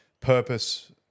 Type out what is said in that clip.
purpose